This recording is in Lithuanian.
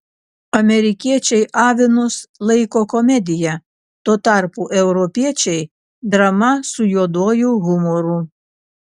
amerikiečiai avinus laiko komedija tuo tarpu europiečiai drama su juoduoju humoru